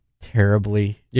terribly